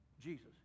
Jesus